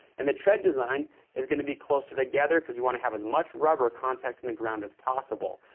and the tread design is gonna be closer together, cause you wanna have as much rubber contact in the ground as possible.